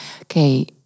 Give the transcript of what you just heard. okay